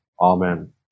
Amen